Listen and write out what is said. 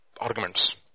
Arguments